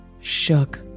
shook